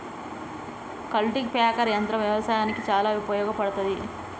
cultipacker యంత్రం వ్యవసాయానికి చాలా ఉపయోగపడ్తది